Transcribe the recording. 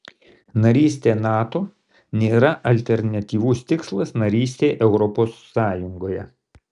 narystė nato nėra alternatyvus tikslas narystei europos sąjungoje